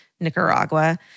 Nicaragua